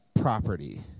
property